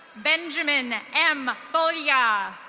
benjamin m folya.